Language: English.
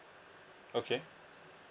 okay